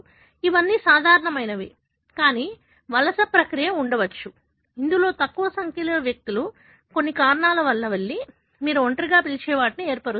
ఇవన్నీ సాధారణమైనవి కానీ వలస ప్రక్రియ ఉండవచ్చు ఇందులో తక్కువ సంఖ్యలో వ్యక్తులు కొన్ని కారణాల వల్ల వలస వెళ్లి మీరు ఒంటరిగా పిలిచే వాటిని ఏర్పరుస్తారు